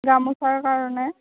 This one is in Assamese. গামোচাৰ কাৰণে